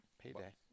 payday